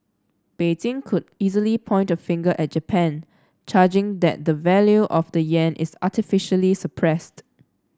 Beijing could easily point a finger at Japan charging that the value of the yen is artificially suppressed